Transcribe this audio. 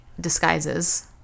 disguises